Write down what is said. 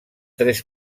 tres